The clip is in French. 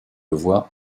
voie